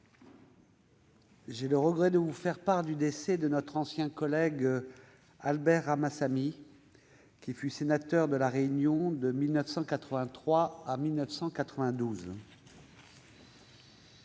J'ai le regret de vous faire part du décès de notre ancien collègue Albert Ramassamy, qui fut sénateur de La Réunion de 1983 à 1992.